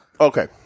Okay